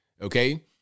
okay